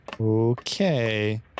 Okay